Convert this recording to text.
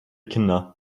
kinder